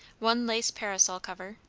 one lace parasol cover.